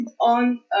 on